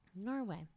Norway